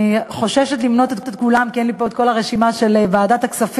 אני חוששת מלמנות את כולם כי אין לי פה את כל הרשימה של ועדת הכספים,